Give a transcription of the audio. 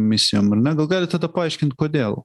misijom ar ne gal galit tada paaiškint kodėl